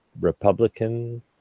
Republican